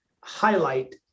highlight